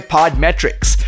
Podmetrics